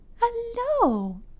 Hello